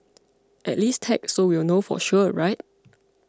at least tag so we'll know for sure right